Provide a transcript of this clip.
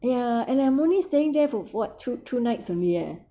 ya and I'm only staying there for what two two nights only eh